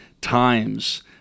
times